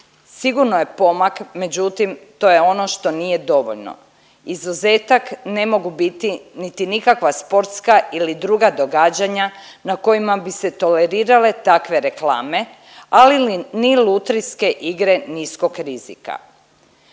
sigurno je pomak, međutim to je ono što nije dovoljno, izuzetak ne mogu biti niti nikakva sportska ili druga događanja na kojima bi se tolerirale takve reklame, a ni lutrijske igre niskog rizika.